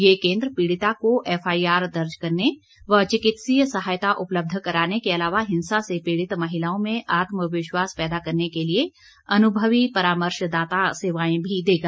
ये केन्द्र पीड़िता को एफआईआर दर्ज करने व चिकित्सीय सहायता उपलब्ध कराने के अलावा हिंसा से पीड़ित महिलाओं में आत्म विश्वास पैदा करने के लिए अनुभवी परामर्शदाता सेवाएं भी देगा